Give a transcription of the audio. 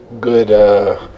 good